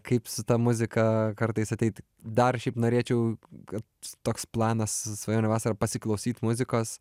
kaip su ta muzika kartais ateit dar šiaip norėčiau kad toks planas svajonių vasarą pasiklausyt muzikos